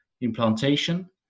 implantation